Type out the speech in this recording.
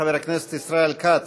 חבר הכנסת ישראל כץ,